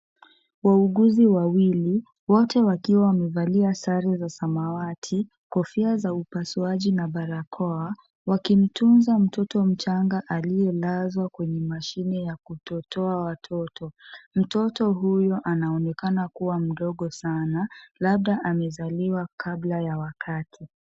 Wauguzi wawili wote wakiwa wamevalia sare za samawati , kofia za upasuaji na barakoa wakimtunza mtoto mchanga aliyelazwa kwenye mashine ya kutotoa watoto. Mtoto huyo anaonekana kuwa mdogo sana , labda amezaliwa kabla ya wakati.